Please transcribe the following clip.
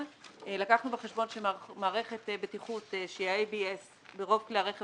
לקחנו בחשבון שמערכת בטיחות שהיא ה-ABS ברוב כלי הרכב